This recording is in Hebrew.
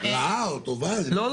רעה או טובה --- לא,